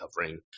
covering